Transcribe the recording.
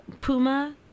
Puma